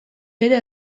bere